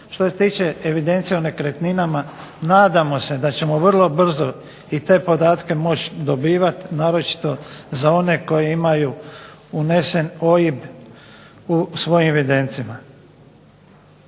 Što se tiče evidencija o nekretninama nadamo se da ćemo vrlo brzo i te podatke moći dobivati, naročito za one koji imaju unesen OIB u svojim evidencijama.